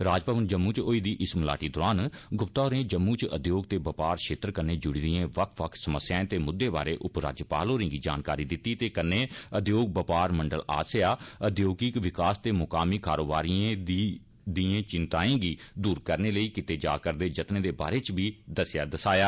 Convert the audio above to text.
राजभवन जम्मू च होई दी इस मलाटी दौरान गुप्ता होरें जम्मू च उद्योग ते बपार क्षेत्र कन्नै जुड़ी दिएं बक्ख बक्ख समस्याएं ते मुद्दें बारै उपराज्यपाल होरें गी जानकारी दित्ती ते कन्नै उद्योग बपार मंडल आस्सेआ औद्योगिक विकास ते मकान कारोबारिएं दिएं घिंताएं गी दूर करने लेई कीते जा'रदे जतने दे बारै च बी दस्सेया दसाया